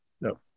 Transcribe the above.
No